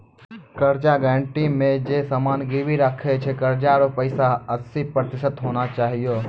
कर्जा गारंटी मे जे समान गिरबी राखै छै कर्जा रो पैसा हस्सी प्रतिशत होना चाहियो